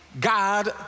God